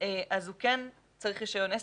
הוא כן צריך רישיון עסק,